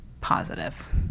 positive